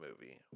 movie